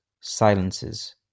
silences